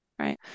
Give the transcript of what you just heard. Right